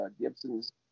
Gibson's